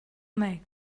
make